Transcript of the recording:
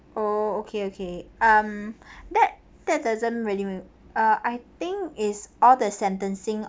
oh okay okay um that that doesn't really make uh I think is all the sentencing